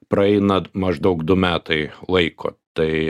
praeina maždaug du metai laiko tai